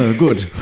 ah good!